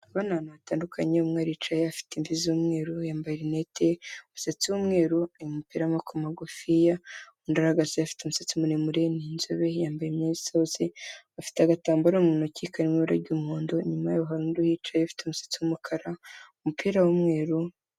Aba ni abantu batandukanye, umwe aricaye, afite imvi z'umweru, yambaye lunette, umusatsi w'umweru, yambaye umupira w'amaboko magufiya, undi arahagaze afite umusatsi muremure, ni inzobe, yambaye imyenda isa hose, afite agatambaro mu ntoki kari mu ibara ry'umuhondo, inyuma yabo hari undi uhicaye, ufite umusatsi w'umukara, umupira w'umweru.